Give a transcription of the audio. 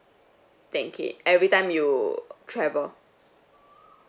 ten K everytime you travel